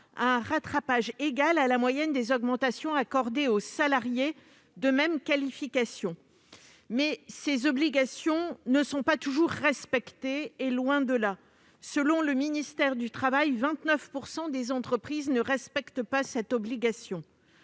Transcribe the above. un rattrapage égal à la moyenne des augmentations accordées aux salariés de même qualification. Mais ces obligations ne sont pas toujours respectées, loin de là. Selon le ministère du travail, 29 % des entreprises ne les respectent pas. Si des sanctions